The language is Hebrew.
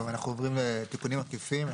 טוב, אנחנו עוברים לתיקונים עקיפים.